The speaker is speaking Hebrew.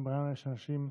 גם ברעננה יש אנשים,